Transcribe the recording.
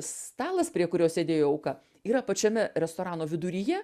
stalas prie kurio sėdėjo auka yra pačiame restorano viduryje